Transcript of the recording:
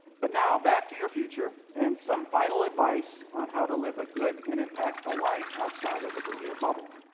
but now back to your future and some final advice on how to live a good and impactful life outside of the berea bubble.